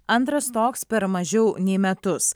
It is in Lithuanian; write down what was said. antras toks per mažiau nei metus